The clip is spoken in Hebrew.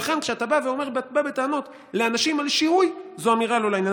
ולכן כשאתה בא בטענות לאנשים על שיהוי זו אמירה לא לעניין.